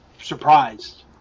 surprised